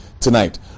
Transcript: tonight